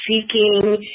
seeking